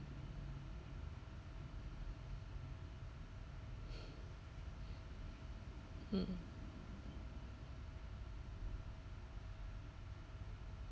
mm